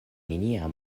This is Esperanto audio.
nenia